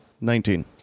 Nineteen